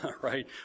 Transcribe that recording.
right